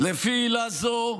"לפי עילה זו,